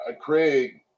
Craig